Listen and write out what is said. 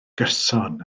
gyson